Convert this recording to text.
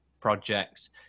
projects